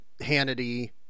Hannity